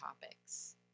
topics